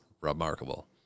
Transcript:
Remarkable